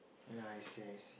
non it says